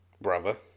Brother